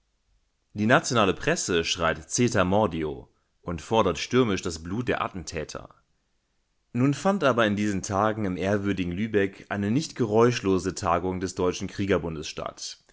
die nationale presse schreit zetermordio und fordert stürmisch das blut der attentäter nun fand aber in diesen tagen im ehrwürdigen lübeck eine nicht geräuschlose tagung des deutschen